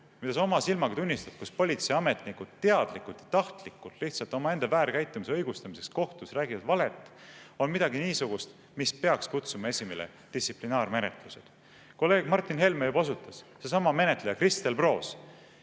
mida sa oma silmaga tunnistad, kus politseiametnikud teadlikult ja tahtlikult omaenda väärkäitumise õigustamiseks kohtus räägivad valet, on midagi niisugust, mis peaks kutsuma esile distsiplinaarmenetluse. Kolleeg Martin Helme juba osutas sellele: seesama menetleja Kristel Proos